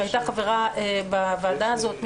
ממשרד המשפטים שהייתה חברה בוועדה הזאת.